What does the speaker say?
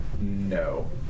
No